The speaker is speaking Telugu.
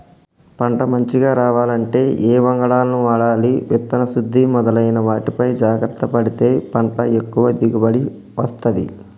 పంట మంచిగ రావాలంటే ఏ వంగడాలను వాడాలి విత్తన శుద్ధి మొదలైన వాటిపై జాగ్రత్త పడితే పంట ఎక్కువ దిగుబడి వస్తది